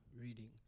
reading